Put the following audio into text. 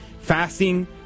fasting